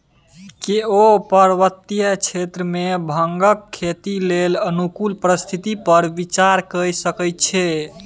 केओ पर्वतीय क्षेत्र मे भांगक खेती लेल अनुकूल परिस्थिति पर विचार कए सकै छै